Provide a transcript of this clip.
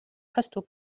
crystal